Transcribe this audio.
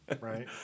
Right